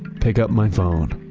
pick up my phone,